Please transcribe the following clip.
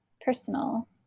personal